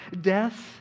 death